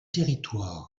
territoire